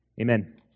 amen